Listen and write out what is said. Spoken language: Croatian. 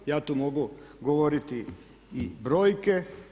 Ja to mogu govoriti i brojke.